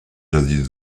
jadis